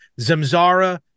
Zamzara